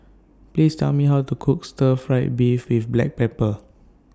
Please Tell Me How to Cook Stir Fried Beef with Black Pepper